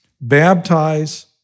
Baptize